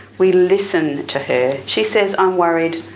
we listen to her. she says i'm worried,